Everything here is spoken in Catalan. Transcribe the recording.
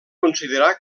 considerar